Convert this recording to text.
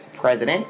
President